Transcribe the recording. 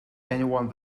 anyone